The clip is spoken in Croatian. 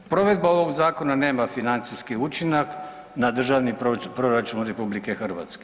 Provedba ovog zakona nema financijski učinak na državni proračun RH.